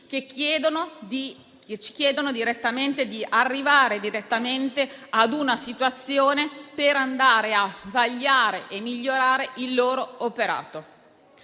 ci chiedono di arrivare direttamente a una situazione per vagliare e migliorare il loro operato.